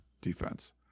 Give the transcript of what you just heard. defense